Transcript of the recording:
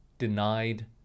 denied